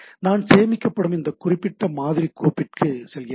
நான் சேமிக்கப்படும் இந்த குறிப்பிட்ட மாதிரி கோப்பிற்குச் செல்கிறேன்